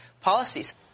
policies